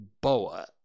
boa